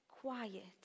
quiet